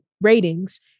ratings